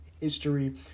history